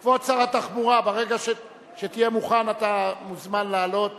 התחבורה, אתה מוזמן לעלות